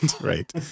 right